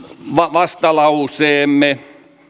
vastalauseemme